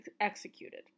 executed